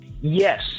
Yes